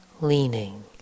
leaning